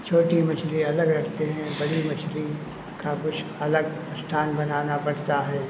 छोटी मछली अलग रखते हैं बड़ी मछली का कुछ अलग स्थान बनाना पड़ता है